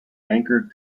anchored